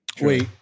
Wait